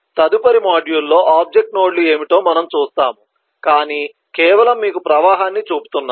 తదుపరి మాడ్యూల్లో ఆబ్జెక్ట్ నోడ్లు ఏమిటో మనం చూస్తాము కాని కేవలం మీకు ప్రవాహాన్ని చూపుతున్నాను